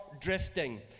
drifting